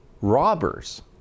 robbers